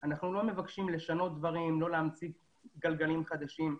בגלל שלא מכירים בהם מחוץ למסלולי השילוב,